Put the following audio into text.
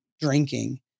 drinking